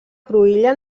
cruïlla